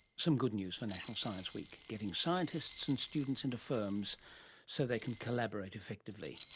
some good news for national science week, getting scientists and students into firms so they can collaborate effectively.